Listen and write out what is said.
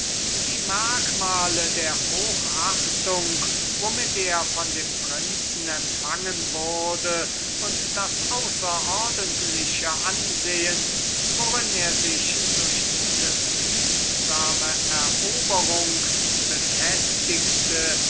die merkmale der hochachtung womit er von dem prinzen empfangen wurde und das außerordentliche ansehen worin er sich durch diese friedsame eroberung befestigte